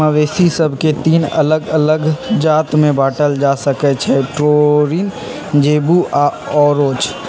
मवेशि सभके तीन अल्लग अल्लग जात में बांटल जा सकइ छै टोरिन, जेबू आऽ ओरोच